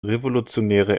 revolutionäre